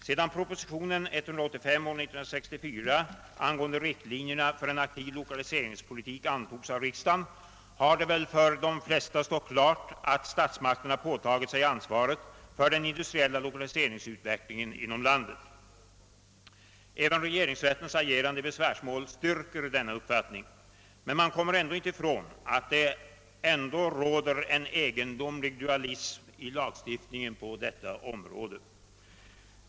Sedan proposition nr 185 år 1964 angående riktlinjerna för en aktiv lokaliseringspolitik antogs av riksdagen har det väl för de flesta stått klart, att statsmakterna påtagit sig ansvaret för den industriella lokaliseringsutvecklingen inom landet. Även regeringsrättens agerande i besvärsmål har styrkt denna uppfattning. Men man kommer inte ifrån att det ändå råder en egendomlig dualism i lagstiftningen på detta område.